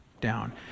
down